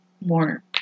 more